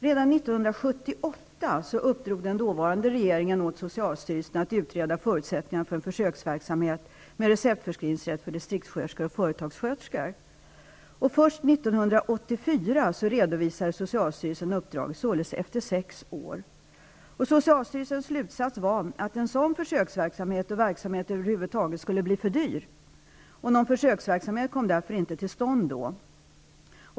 Redan 1978 uppdrog den dåvarande regeringen åt socialstyrelsen att utreda förutsättningarna för en försöksverksamhet med receptförskrivningsrätt för distriktssköterskor och företagssköterskor. Först 1984 redovisade socialstyrelsen uppdraget, således efter sex år. Socialstyrelsens slutsats var att en sådan försöksverksamhet, och verksamheten över huvud taget, skulle blir för dyr. Någon försöksverksamhet kom därför inte till stånd.